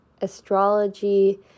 astrology